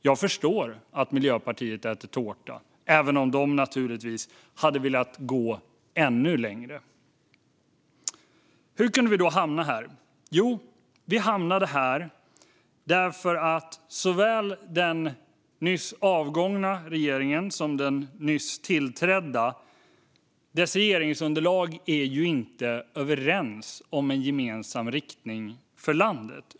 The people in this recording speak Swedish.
Jag förstår att Miljöpartiet äter tårta, även om de naturligtvis hade velat gå ännu längre. Hur kunde vi hamna här? Jo, vi hamnade här eftersom såväl den nyss avgångna regeringens regeringsunderlag som den nyss tillträddas inte är överens om en gemensam riktning för landet.